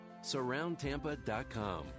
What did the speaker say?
Surroundtampa.com